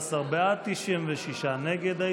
11 בעד, 96 נגד.